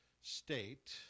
state